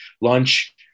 lunch